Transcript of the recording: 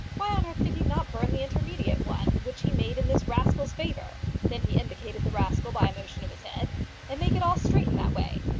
why on earth did he not burn the intermediate one which he made in this rascal's favour, then he indicated the rascal by a motion of his head and make it all straight in that way?